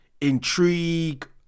intrigue